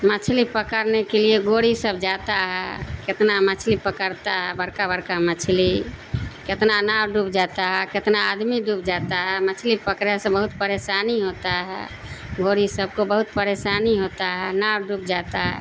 مچھلی پکڑنے کے لیے گوری سب جاتا ہے کتنا مچھلی پکڑتا ہے بڑکا بڑکا مچھلی کتنا ناؤ ڈوب جاتا ہے کتنا آدمی ڈوب جاتا ہے مچھلی پکڑے سے بہت پریشانی ہوتا ہے گوری سب کو بہت پریشانی ہوتا ہے ناؤ ڈوب جاتا ہے